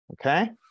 Okay